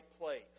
place